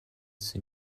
свою